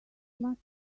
must